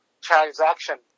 transaction